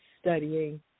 studying